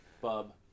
bub